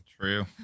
true